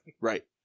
Right